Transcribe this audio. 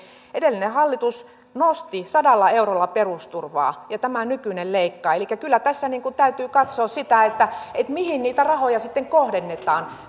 edellinen hallitus nosti sadalla eurolla perusturvaa ja tämä nykyinen leikkaa elikkä kyllä tässä täytyy katsoa sitä mihin niitä rahoja sitten kohdennetaan